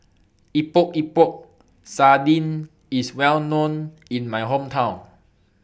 Epok Epok Sardin IS Well known in My Hometown